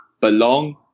belong